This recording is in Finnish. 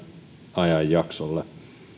ajanjaksolle